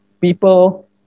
people